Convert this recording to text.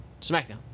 SmackDown